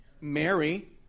Mary